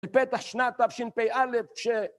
‫לפתח שנת תשפ"א.